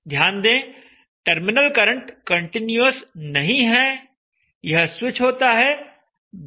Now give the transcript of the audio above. ध्यान दें terminal current continuous नहीं है यह स्विच होता है ब्रेक होता है